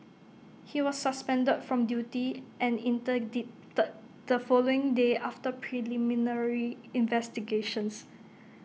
he was suspended from duty and interdicted the following day after preliminary investigations